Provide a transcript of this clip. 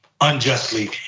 unjustly